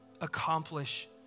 Accomplish